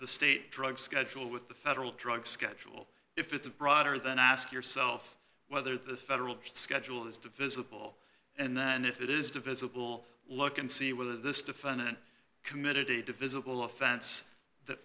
the state drug schedule with the federal drug schedule if it's broader than ask yourself whether the federal schedule is divisible and then if it is divisible look and see whether this defendant committed a divisible offense that